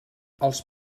els